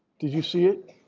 did you see it?